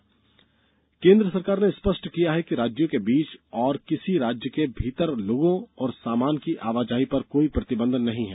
केंद्र निर्देष केन्द्र सरकार ने स्पष्ट किया है कि राज्यों के बीच और किसी राज्य के भीतर लोगों और सामान के आवाजाही पर कोई प्रतिबंध नहीं है